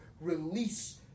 release